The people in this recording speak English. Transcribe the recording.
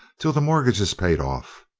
till the mortgage is paid off,